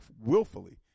willfully